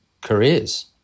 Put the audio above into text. careers